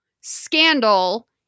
scandal